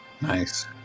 Nice